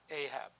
Ahab